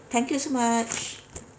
thank you so much